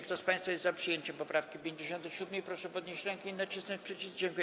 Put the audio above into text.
Kto z państwa jest za przyjęciem poprawki 57., proszę podnieść rękę i nacisnąć przycisk.